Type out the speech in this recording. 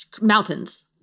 mountains